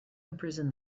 imprison